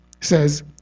says